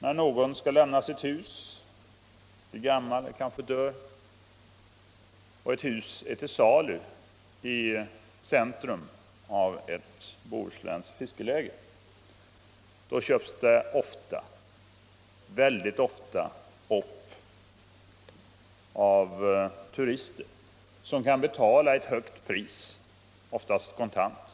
När hus är till salu i centrum av ett bohuslänskt fiskeläge, köps det mycket ofta upp av turister som kan betala ett högt pris, vanligen kontant.